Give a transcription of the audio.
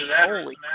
holy